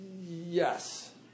Yes